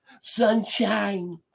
Sunshine